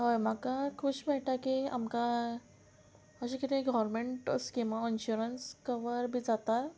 हय म्हाका खूश मेळटा की आमकां अशें किदें गोवोरमेंट स्किमा इन्शुरंस कवर बी जाता